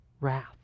wrath